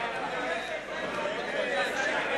ואחרי זה אני אהיה עוד שעה.